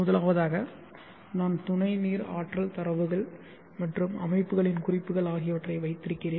முதலாவதாக நான் துணை நீர் ஆற்றல் தரவுகள் மற்றும் அமைப்புகளின் குறிப்புகள் ஆகியவற்றை வைத்திருக்கிறேன்